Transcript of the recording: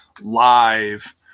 live